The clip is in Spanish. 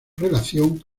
relación